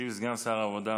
ישיב סגן שר העבודה